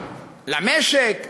למשק,